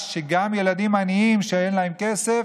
רבי יהושע בן גמלא דרש שגם ילדים עניים שאין להם כסף,